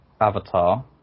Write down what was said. Avatar